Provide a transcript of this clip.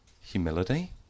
humility